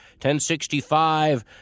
1065